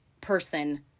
person